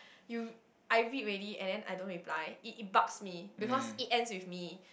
you I read already and then I don't reply it it bucks me because it ends with me